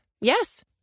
Yes